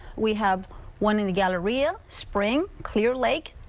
we have one in the galleria, spring, clear lake.